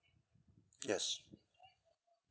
yes